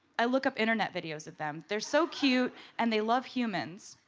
i look up internet videos of them. they are so cute and they love humans.